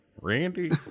Randy